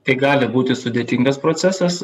tai gali būti sudėtingas procesas